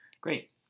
Great